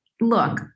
look